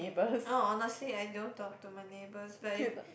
oh honestly I don't talk to my neighbours but